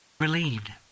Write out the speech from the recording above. Relieved